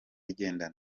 igendanwa